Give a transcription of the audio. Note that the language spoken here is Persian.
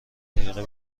دقیقه